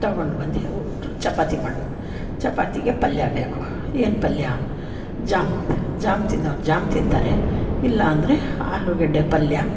ತೊಗೊಂಡು ಬಂದು ಚಪಾತಿ ಮಾಡ್ಬೇಕು ಚಪಾತಿಗೆ ಪಲ್ಯ ಬೇಕು ಏನು ಪಲ್ಯ ಜಾಮ್ ಜಾಮ್ ತಿನ್ನೋರು ಜಾಮ್ ತಿಂತಾರೆ ಇಲ್ಲ ಅಂದರೆ ಆಲೂಗಡ್ಡೆ ಪಲ್ಯ